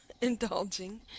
indulging